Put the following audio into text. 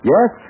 Yes